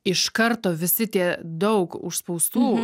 iš karto visi tie daug užspaustų